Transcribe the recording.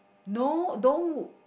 no don't